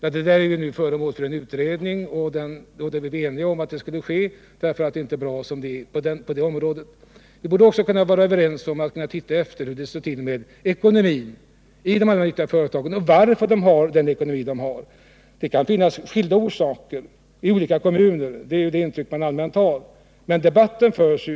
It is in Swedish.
Vi har nu en utredning, som vi var eniga om skulle tillsättas därför att det inte är bra som det är på det här området. Vi borde också kunna vara överens om att se efter hur det står till med Nr 56 ekonomin i de allmännyttiga företagen och varför de har den ekonomi de har. Fredagen den Det kan finnas skilda orsaker i olika kommuner — det är det intryck man 15 december 1978 allmänt har.